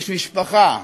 יש משפחה,